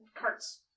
carts